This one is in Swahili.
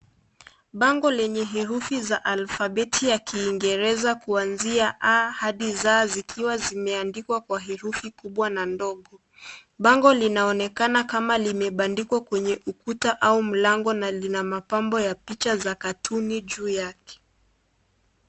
Bango lenye herufi za alfabeti za kiingereza kuanzia A hadi Z, zikiwa zimeandikwa kwa herufi kubwa na ndogo. Bango linaonekana kuwa limebadikwa kwenye ukuta au mlango na lina mapambo ya picha cartoon juu yake.